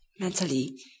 Mentally